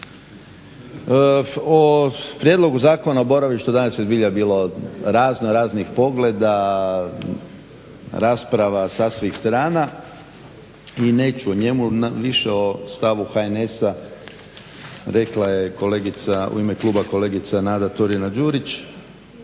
O Prijedlogu zakona o boravištu danas je zbilja bilo razno raznih pogleda, rasprava sa svih strana i neću o njemu, više o stavu HNS-a rekla je kolegica u ime kluba kolegica Nada Turina-Đurić,